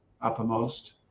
uppermost